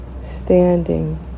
standing